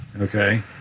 Okay